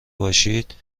باشید